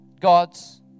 God's